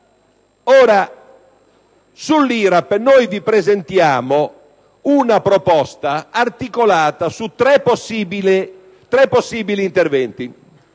sul quale vi presentiamo una proposta articolata su tre possibili interventi.